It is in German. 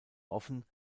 offen